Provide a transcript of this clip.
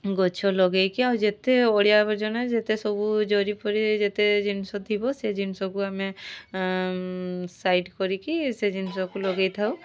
ଗଛ ଲଗାଇକି ଆଉ ଯେତେ ଅଳିଆ ଆବର୍ଜନା ଯେତେ ସବୁ ଜରିପରି ଯେତେ ଜିନିଷ ଥିବ ସେ ଜିନିଷକୁ ଆମେ ସାଇଡ଼୍ କରିକି ସେ ଜିନିଷକୁ ଲଗାଇଥାଉ